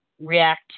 react